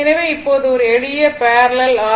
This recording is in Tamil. எனவே இப்போது இது ஒரு எளிய பேரலல் ஆர்